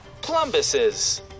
Plumbuses